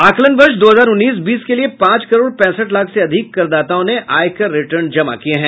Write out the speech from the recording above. आकलन वर्ष दो हजार उन्नीस बीस के लिए पांच करोड़ पैंसठ लाख से अधिक करदाताओं ने आयकर रिटर्न जमा किए हैं